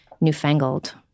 newfangled